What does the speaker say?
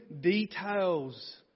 details